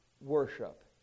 worship